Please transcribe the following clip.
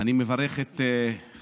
אז אתה מוותר על הסמכות